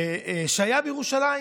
שהיה בירושלים